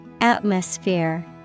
Atmosphere